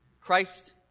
Christ